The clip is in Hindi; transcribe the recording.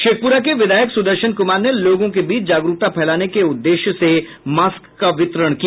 शेखपुरा के विधायक सुदर्शन कुमार ने लोगों के बीच जागरूकता फैलाने के उद्देश्य से मास्क का वितरण किया